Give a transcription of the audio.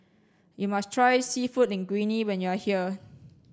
you must try Seafood Linguine when you are here